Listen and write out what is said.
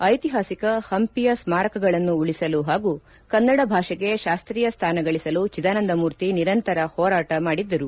ಐತಿಹಾಸಿಕ ಪಂಪಿಯ ಸ್ಮಾರಕಗಳನ್ನು ಉಳಿಸಲು ಹಾಗೂ ಕನ್ನಡ ಭಾಷೆಗೆ ಶಾಸ್ತೀಯ ಸ್ವಾನ ಗಳಿಸಲು ಚಿದಾನಂದ ಮೂರ್ತಿ ನಿರಂತರ ಹೋರಾಟ ಮಾಡಿದ್ದರು